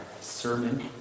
sermon